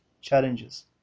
challenges